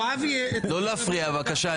לא להפריע בבקשה.